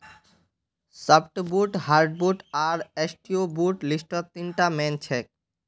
softwood hardwood आर pseudowood लिस्टत तीनटा मेन छेक